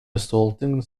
resulting